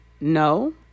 No